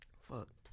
Fuck